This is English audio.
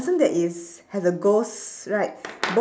person that is has a ghost right both